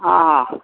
ہاں ہاں